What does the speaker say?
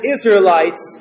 Israelites